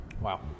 Wow